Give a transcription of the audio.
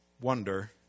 wonder